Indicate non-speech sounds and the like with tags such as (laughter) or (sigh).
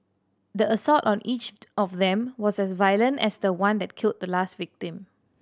the assault on each (unintelligible) of them was as violent as the one that killed the last victim